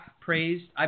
praised –